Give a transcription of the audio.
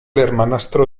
hermanastro